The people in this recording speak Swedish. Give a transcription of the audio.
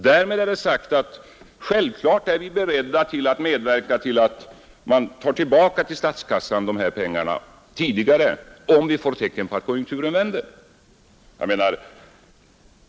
Därmed är det sagt, att vi självfallet är beredda att medverka till att man tidigare tar tillbaka dessa pengar till statskassan, om vi får tecken på att konjunkturen vänder.